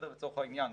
לצורך העניין,